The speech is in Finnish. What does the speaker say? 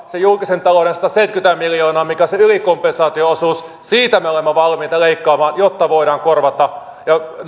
se julkisen talouden sataseitsemänkymmentä miljoonaa mikä on sen ylikompensaation osuus siitä me olemme valmiita leikkaamaan jotta voidaan korvata